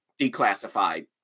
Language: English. declassified